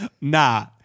nah